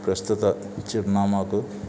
ప్రస్తుత చిరునామాకు